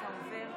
ועדת